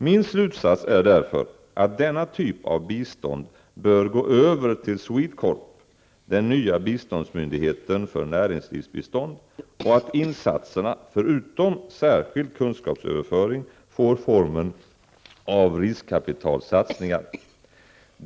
Min slutsats är därför att denna typ av bistånd bör gå över till SWEDECORP, den nya biståndsmyndigheten för näringslivsbistånd, och att insatserna, förutom särskild kunskapsöverföring, får formen av riskkapitalsatsningar.